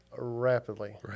rapidly